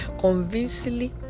convincingly